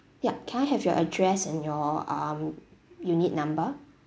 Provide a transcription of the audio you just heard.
ya can I have your address and your um unit number